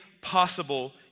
possible